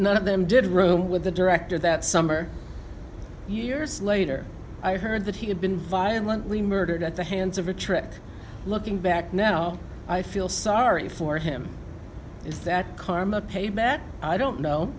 none of them did room with the director that summer years later i heard that he had been violently murdered at the hands of a trick looking back now i feel sorry for him is that